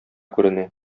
күренә